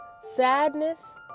sadness